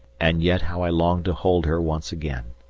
and yet how i long to hold her once again.